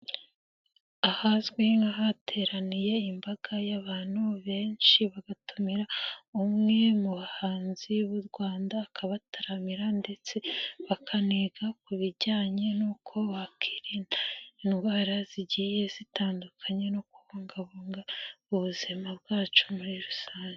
Ahazwi nk'ahateraniye imbaga y'abantu benshi, bagatumira umwe mu bahanzi b'u Rwanda akabataramira ndetse bakaniga ku bijyanye n'uko bakirinda indwara zigiye zitandukanye no kubungabunga ubuzima bwacu muri rusange.